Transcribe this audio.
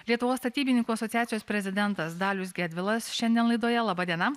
lietuvos statybininkų asociacijos prezidentas dalius gedvilas šiandien laidoje laba diena